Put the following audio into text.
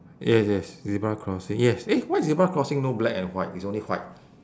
yes yes zebra crossing yes eh why zebra crossing no black and white it's only white